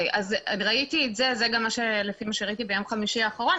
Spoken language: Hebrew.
אז ראיתי את זה ביום חמישי האחרון,